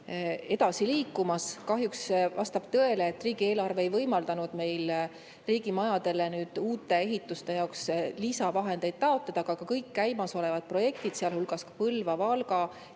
edasi liikumas. Kahjuks vastab tõele, et riigieelarve ei võimaldanud meil uute riigimajade ehituste jaoks lisavahendeid taotleda. Aga kõiki käimasolevaid projekte, sealhulgas ka Põlva, Valga